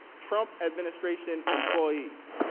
trump administration employees,